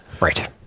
Right